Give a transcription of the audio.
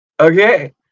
Okay